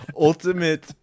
ultimate